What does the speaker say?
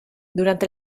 durante